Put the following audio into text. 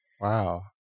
Wow